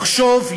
לחשוב,